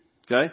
Okay